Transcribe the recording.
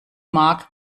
mark